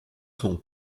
son